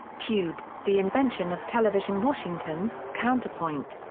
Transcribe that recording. tube the invention of television. washington counterpoint.